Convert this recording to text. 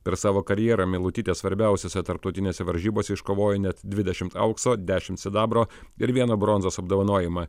per savo karjerą meilutytė svarbiausiose tarptautinėse varžybose iškovojo net dvidešimt aukso dešimt sidabro ir vieną bronzos apdovanojimą